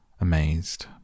amazed